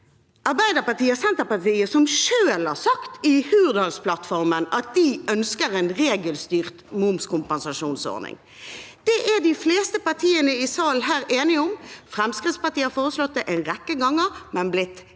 Arbeiderpartiet og Senterpartiet som selv har sagt i Hurdalsplattformen at de ønsker en regelstyrt momskompensasjonsordning. Det er de fleste partiene i salen her enige om. Fremskrittspartiet har foreslått det en rekke ganger, men vi har